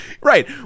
Right